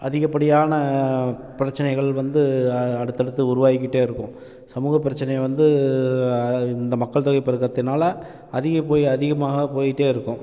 அதிகப்படியான பிரச்சனைகள் வந்து அடுத்து அடுத்து உருவாகிக்கிட்டே இருக்கும் சமூக பிரச்சனை வந்து இந்த மக்கள் தொகை பெருக்கத்தினால் அதிக போய் அதிகமாக போயிட்டே இருக்கும்